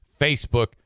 Facebook